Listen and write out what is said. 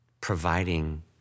providing